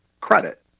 credit